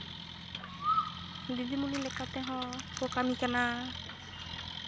ᱫᱤᱫᱤᱢᱩᱱᱤ ᱞᱮᱠᱟᱛᱮ ᱛᱮᱦᱚᱸ ᱠᱚ ᱠᱟᱹᱢᱤ ᱠᱟᱱᱟ